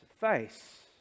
face